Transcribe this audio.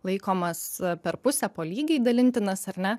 laikomas per pusę po lygiai dalintinas ar ne